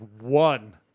One